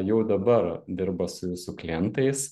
jau dabar dirba su jūsų klientais